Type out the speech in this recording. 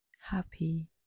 happy